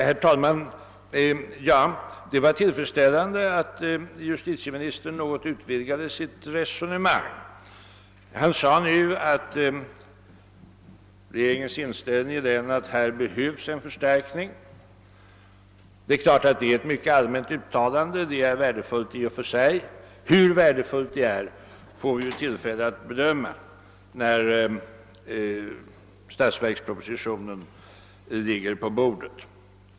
Herr talman! Det var tillfredsställande att justitieministern något utvidgade sitt resonemang. Han sade nu att regeringen är medveten om att det behövs en förstärkning. Det är klart att detta är ett mycket allmänt uttalande som i och för sig är värdefullt. Hur pass värdefullt det är får vi tillfälle att bedöma när statsverkspropositionen ligger på bordet.